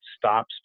stops